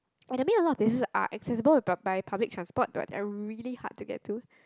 and I mean a lot of places are accessible by by public transport but are really hard to get to